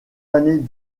années